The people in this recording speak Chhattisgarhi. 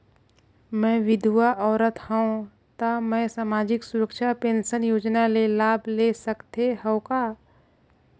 मैं विधवा औरत हवं त मै समाजिक सुरक्षा पेंशन योजना ले लाभ ले सकथे हव का?